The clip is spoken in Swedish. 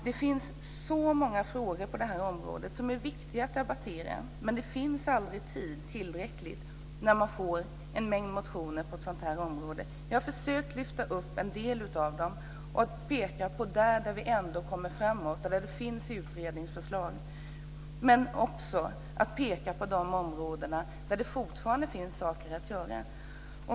Det finns så många frågor på det här området som är viktiga att debattera, men det finns aldrig tillräckligt tid när man får en mängd motioner på ett sådant här område. Jag har försökt lyfta upp en del av dem och peka på dem där vi ändå kommer framåt och där det finns utredningsförslag men också peka på de områden där det fortfarande finns saker att göra.